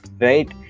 right